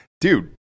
Dude